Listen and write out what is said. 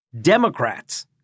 Democrats